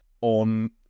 on